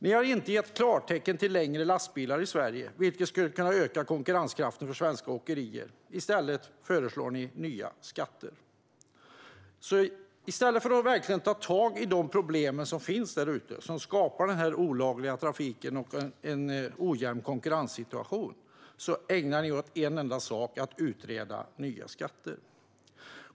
Ni har inte gett klartecken för längre lastbilar i Sverige, vilket skulle kunna öka konkurrenskraften för svenska åkerier. I stället föreslår ni nya skatter. I stället för att verkligen ta tag i de problem som finns där ute och som skapar olaglig trafik och en ojämn konkurrenssituation ägnar ni er åt en enda sak: att utreda nya skatter.